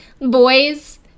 Boys